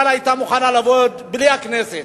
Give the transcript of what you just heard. בכלל היתה מוכנה לעבוד בלי הכנסת,